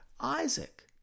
Isaac